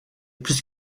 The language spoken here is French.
plus